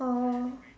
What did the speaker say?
oh